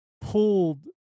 pulled